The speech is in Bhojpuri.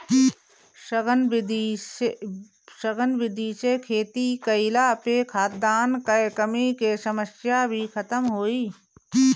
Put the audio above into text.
सघन विधि से खेती कईला पे खाद्यान कअ कमी के समस्या भी खतम होई